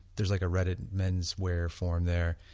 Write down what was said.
there is like a reddit and menswear form there.